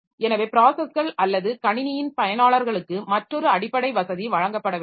எனவே ப்ராஸஸ்கள் அல்லது கணினியின் பயனாளர்களுக்கு மற்றொரு அடிப்படை வசதி வழங்கப்பட வேண்டும்